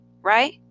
right